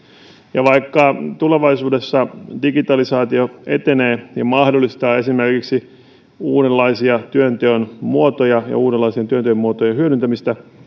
ja vaikka tulevaisuudessa digitalisaatio etenee ja mahdollistaa esimerkiksi uudenlaisia työnteon muotoja ja uudenlaisten työnteon muotojen hyödyntämistä